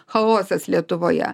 chaosas lietuvoje